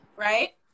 right